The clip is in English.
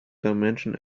dimension